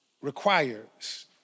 requires